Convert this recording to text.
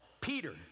Peter